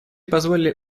позволили